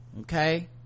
Okay